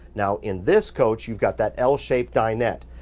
now in this coach you've got that l-shaped dinette.